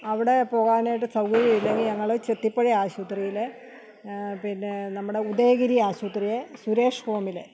അവിടെ പോകാനായിട്ട് സൗകര്യമില്ലെങ്കിൽ ഞങ്ങൾ ചെത്തിപ്പുഴ ആശുപത്രിയിൽ പിന്നെ നമ്മുടെ ഉദയഗിരി ആശുപത്രിയിൽ സുരേഷ് ഹോമിൽ